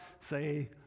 say